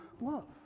love